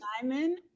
Simon